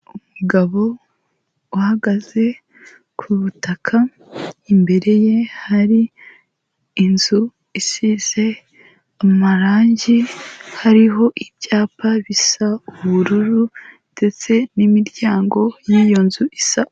Umugabo uhagaze ku butaka, imbere ye hari inzu isize amarangi, hariho ibyapa bisa ubururu ndetse n'imiryango y'iyo nzu isa.